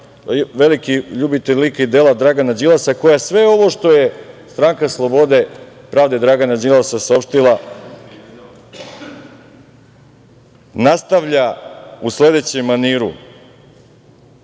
i ljubitelj lika i dela Dragana Đilasa, koja sve ovo što je Stranka slobode i pravde Dragana Đilasa saopštila nastavlja u sledećem maniru: